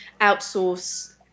outsource